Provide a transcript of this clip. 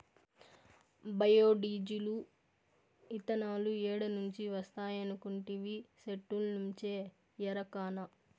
bio diesel, ఇతనాలు ఏడ నుంచి వస్తాయనుకొంటివి, సెట్టుల్నుంచే ఎరకనా